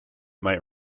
might